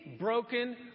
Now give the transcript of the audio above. broken